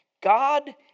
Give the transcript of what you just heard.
God